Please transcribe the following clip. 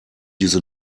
diese